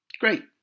great